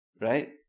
right